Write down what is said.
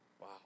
Wow